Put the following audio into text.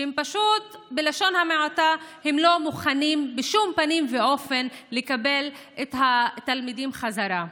שבלשון המעטה לא מוכנים בשום פנים ואופן לקבל את התלמידים חזרה.